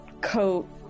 coat